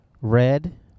Red